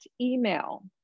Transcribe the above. email